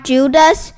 Judas